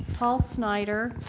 paul snider,